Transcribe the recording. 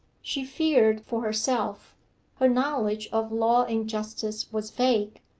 she feared for herself her knowledge of law and justice was vague,